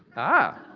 ah,